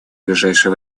ближайшее